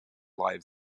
live